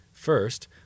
First